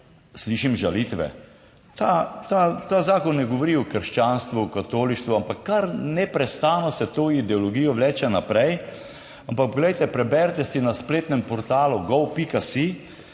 slišim žalitve. Ta zakon ne govori o krščanstvu, katolištvu, ampak kar neprestano se to ideologijo vleče naprej, ampak poglejte, preberite si na spletnem portalu (go.si),